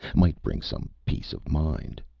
might bring some peace of mind.